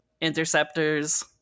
interceptors